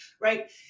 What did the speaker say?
right